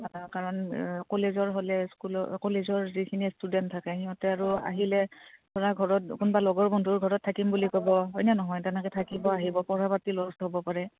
কাৰণ কলেজৰ হ'লে স্কুলৰ কলেজৰ যিখিনি ষ্টুডেণ্ট থাকে সিহঁতে আৰু আহিলে ধৰা ঘৰত কোনোবা লগৰ বন্ধুৰ ঘৰত থাকিম বুলি ক'ব হয়নে নহয় তেনেকে থাকিব আহিব পঢ়া পাতি লছ হ'ব পাৰে